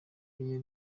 yari